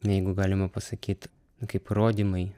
jeigu galima pasakyt kaip įrodymai